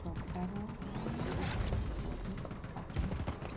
ପ୍ରକାର ଔଷଧ ପରି କାମ କରେ